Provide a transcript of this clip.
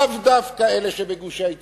לאו דווקא אלה שבגושי ההתיישבות,